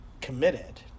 committed